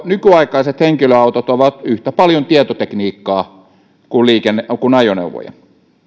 nykyaikaiset henkilöautot ovat yhtä paljon tietotekniikkaa kuin ajoneuvoja